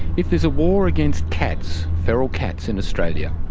if there's a war against cats, feral cats, in australia,